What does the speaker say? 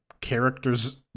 characters